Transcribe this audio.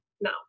no